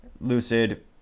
Lucid